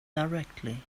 directly